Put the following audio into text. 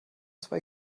zwei